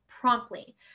promptly